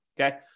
okay